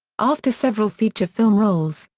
after several feature film roles,